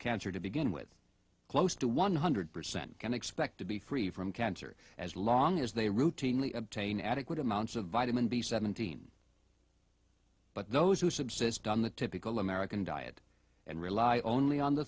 cancer to begin with close to one hundred percent can expect to be free from cancer as long as they routinely obtain adequate amounts of vitamin b seventeen but those who subsist on the typical american diet and rely only on the